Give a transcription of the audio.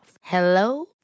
Hello